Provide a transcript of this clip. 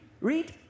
Read